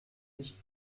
sich